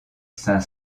saint